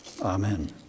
amen